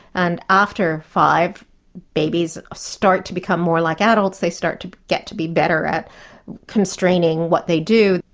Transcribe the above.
and after five babies start to become more like adults, they start to get to be better at constraining what they do,